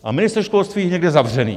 A ministr školství je někde zavřený.